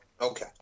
Okay